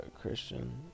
Christian